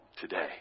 today